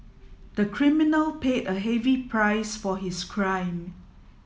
the criminal paid a heavy price for his crime